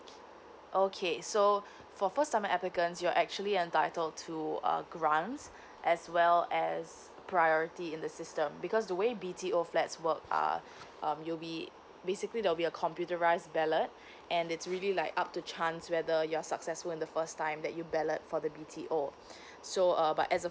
okay so for first timer applicants you're actually entitled to uh grants as well as priority in the system because the way B_T_O flats work are um you'll be basically there'll be a computerised ballot and it's really like up to chance whether you're successful in the first time that you ballot for the B_T_O so err but as a